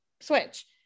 switch